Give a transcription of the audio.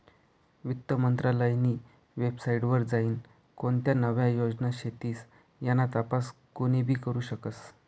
वित्त मंत्रालयनी वेबसाईट वर जाईन कोणत्या नव्या योजना शेतीस याना तपास कोनीबी करु शकस